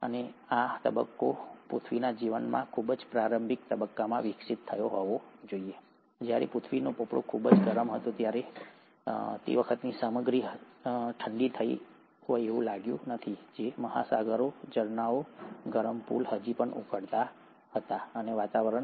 હવે આ તે તબક્કો હોવો જોઈએ જે પૃથ્વીના જીવનના ખૂબ જ પ્રારંભિક તબક્કામાં વિકસિત થયો હોવો જોઈએ જ્યારે પૃથ્વીનો પોપડો ખૂબ જ ગરમ હતો સામગ્રી હજુ પણ ઠંડું થયું નથી મહાસાગરો ઝરણાંઓ ગરમ પૂલ હજી પણ ઉકળતા હતા વાતાવરણ